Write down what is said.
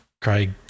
Craig